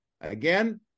Again